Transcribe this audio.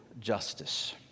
justice